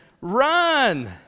Run